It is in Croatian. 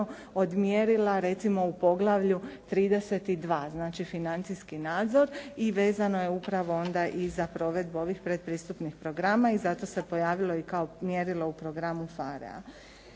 od mjerila recimo u poglavlju 32, znači financijski nadzor i vezano je upravo onda i za provedbu ovih predpristupnih programa i zato se pojavilo i kao mjerilo u programu PHARE-a.